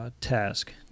task